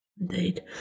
Indeed